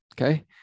okay